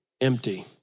empty